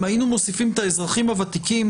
אם היינו מוסיפים את האזרחים הוותיקים